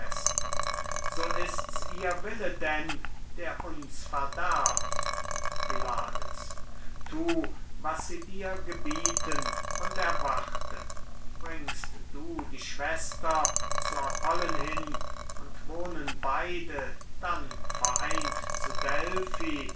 so ist's ihr wille denn der uns verderbt pylades thu was sie dir gebieten und erwarte bringst du die schwester zu apollen hin und wohnen beide dann vereint zu delphi